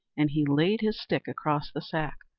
and he laid his stick across the sack.